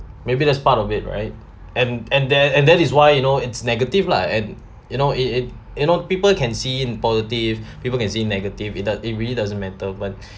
maybe that's part of it right and and then and that is why you know it's negative lah and you know it it you know people can see in positive people can see it negative it do~ it really doesn't matter but